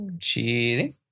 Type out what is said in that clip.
Cheating